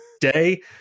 day